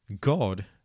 God